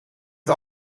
het